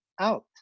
out